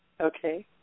okay